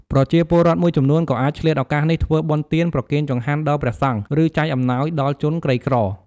ប្រជាពលរដ្ឋមួយចំនួនក៏អាចឆ្លៀតឱកាសនេះធ្វើបុណ្យទាន ប្រគេនចង្ហាន់ដល់ព្រះសង្ឃ ឬចែកអំណោយដល់ជនក្រីក្រ។